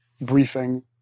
briefing